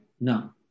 No